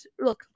Look